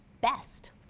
best